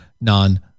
non